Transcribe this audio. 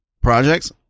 projects